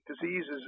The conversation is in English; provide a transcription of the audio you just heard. diseases